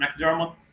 McDermott